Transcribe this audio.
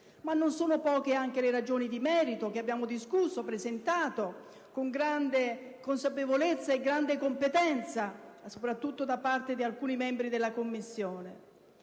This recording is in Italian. Ma non sono poche anche le ragioni di merito che abbiamo discusso e presentato con grande consapevolezza e competenza, soprattutto da parte di alcuni membri della Commissione.